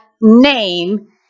name